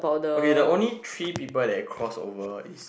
okay the only three people that cross over is